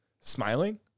smiling